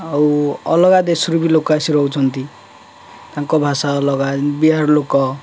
ଆଉ ଅଲଗା ଦେଶରୁ ବି ଲୋକ ଆସି ରହୁଛନ୍ତି ତାଙ୍କ ଭାଷା ଅଲଗା ବିହାର ଲୋକ